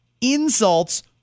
insults